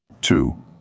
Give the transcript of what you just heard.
Two